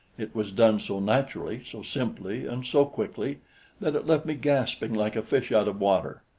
it was done so naturally, so simply and so quickly that it left me gasping like a fish out of water.